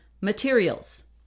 materials